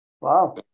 Wow